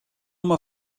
oma